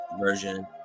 version